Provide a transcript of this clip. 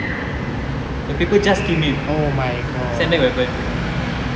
the paper just came in send back your weapon